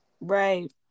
Right